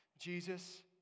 Jesus